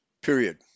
Period